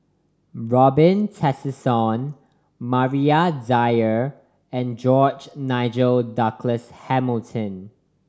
Robin Tessensohn Maria Dyer and George Nigel Douglas Hamilton